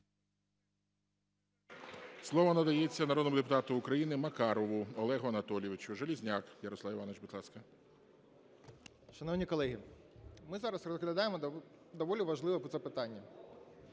Слово надається народному депутату України Макарову Олегу Анатолійовичу. Железняк Ярослав Іванович, будь ласка, 13:08:16 ЖЕЛЕЗНЯК Я.І. Шановні колеги, ми зараз розглядаємо доволі важливе питання,